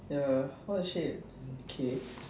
ya what the shit mm k